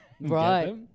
Right